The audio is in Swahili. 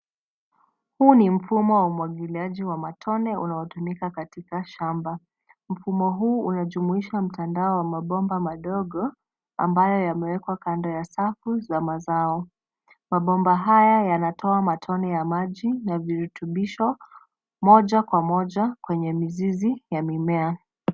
Huu ni mfumo wa umwagiliaji wa matone unaotumika katika shamba. Mfumo huu unajumuisha mtandao wa mabomba madogo ambayo yamewekwa kando ya safu za mazao. Mabomba haya yanatoa matone ya maji na viruutbisho moja kwa moja kwenye mizizi ya mimea.